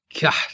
God